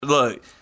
look